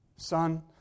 Son